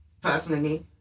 personally